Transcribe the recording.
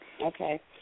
Okay